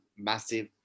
massive